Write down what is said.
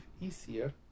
easier